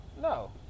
No